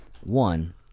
one